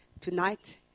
tonight